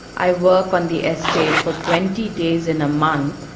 i work on the estate for twenty days in a month,